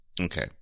Okay